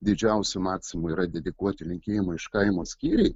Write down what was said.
didžiausių maxima yra dedikuoti linkėjimai iš kaimo skyriai